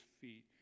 feet